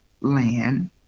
land